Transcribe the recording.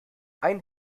ein